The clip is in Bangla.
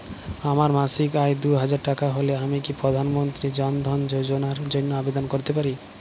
আমার মাসিক আয় দুহাজার টাকা হলে আমি কি প্রধান মন্ত্রী জন ধন যোজনার জন্য আবেদন করতে পারি?